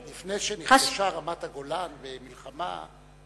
לפני שנכבשה רמת-הגולן במלחמה,